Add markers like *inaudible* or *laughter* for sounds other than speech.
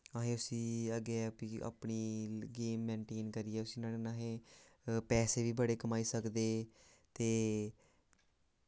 असें उस्सी अग्गें *unintelligible* अपनी गेम मेन्टेन करियै *unintelligible* असें पैहे बी बड़े कमाई सकदे ते